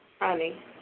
honey